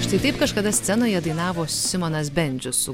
štai taip kažkada scenoje dainavo simonas bendžius su